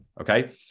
okay